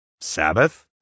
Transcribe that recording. Sabbath